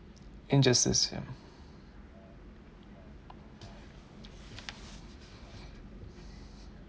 injustice ya